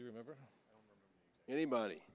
you remember anybody